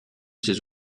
ses